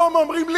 אומרים לי,